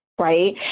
right